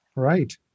Right